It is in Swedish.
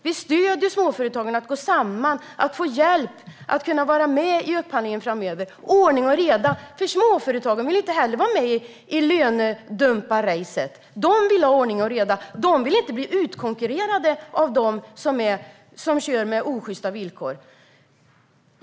Vi stöder småföretagen så att de kan gå samman, så att de kan få hjälp, för att kunna vara med i upphandlingen framöver. Vi stöder ordning och reda. Småföretagen vill inte heller vara med i lönedumpningsracet, utan de vill ha ordning och reda. De vill inte bli utkonkurrerade av dem som kör med osjysta villkor.